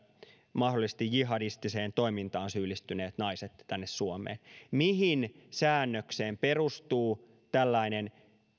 mahdollisesti jihadistiseen toimintaan syyllistyneet naiset tänne suomeen mihin säännökseen perustuu tällainen